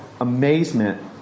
amazement